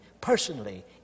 personally